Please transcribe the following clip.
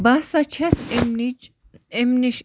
بہٕ ہَسا چھَس امۍ نِچ امۍ نِش